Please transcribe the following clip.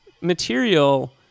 material